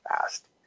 fast